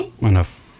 enough